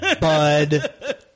bud